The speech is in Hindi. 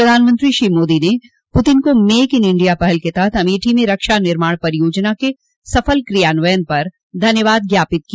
प्रधानमंत्री श्री मोदी ने पुतिन को मेक इन इंडिया पहल के तहत अमेठी में रक्षा निर्माण परियोजना के सफल क्रियान्वयन पर धन्यवाद ज्ञापित किया